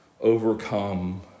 overcome